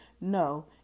No